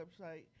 website